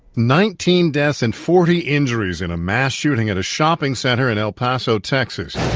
nineteen deaths and forty injuries in a mass shooting at a shopping center in el paso, texas.